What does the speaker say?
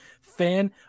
fan